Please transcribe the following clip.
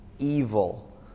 evil